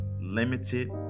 limited